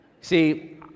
See